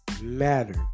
matter